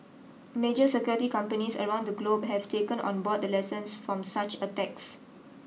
major security companies around the globe have taken on board the lessons from such attacks